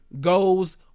goes